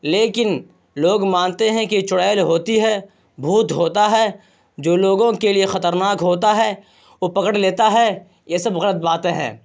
لیکن لوگ مانتے ہیں کہ چڑیل ہوتی ہے بھوت ہوتا ہے جو لوگوں کے لیے خطرناک ہوتا ہے اور پکڑ لیتا ہے یہ سب غلط باتیں ہیں